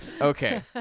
okay